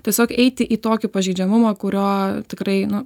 tiesiog eiti į tokį pažeidžiamumą kurio tikrai nu